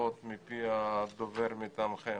לפחות מפי הדובר מטעמכם.